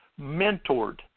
mentored